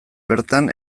bertan